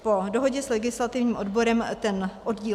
Po dohodě s legislativním odborem ten oddíl